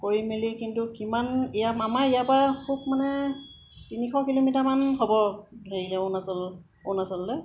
কৰি মালি কিন্তু কিমান ইয়াৰ আমাৰ ইয়াৰপৰা খুব মানে তিনিশ কিলোমিটাৰমান হ'ব হেৰি অৰুণাচল অৰুণাচললৈ